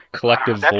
collective